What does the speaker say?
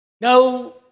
No